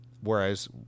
whereas